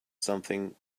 something